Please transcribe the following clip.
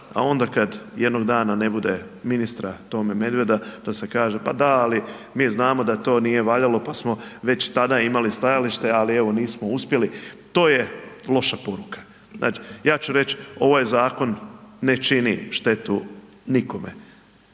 a onda kad jednog dana ne bude ministra Tome Medveda da se kaže, pa da ali mi znamo da to nije valjalo pa smo već i tada imali stajalište ali nismo evo nismo uspjeli. To je loša poruka. Ja ću reći ovaj zakon ne čini štetu nikome,